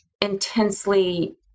intensely